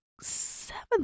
seventh